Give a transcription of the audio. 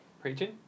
Preaching